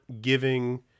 giving